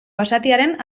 basatiaren